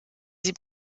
sie